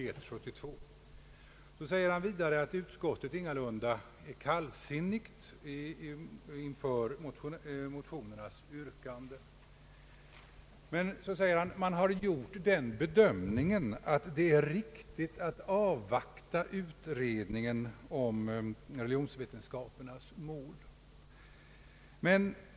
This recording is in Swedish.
Herr Mårtensson sade vidare att utskottet ingalunda är kallsinnigt inför motionärernas yrkande men tillade att man har gjort den bedömningen att det är riktigt att avvakta utredningen om religionsvetenskapernas mål.